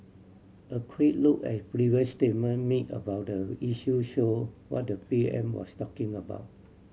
a quick look at previous statement made about the issue show what the P M was talking about